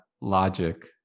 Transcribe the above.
logic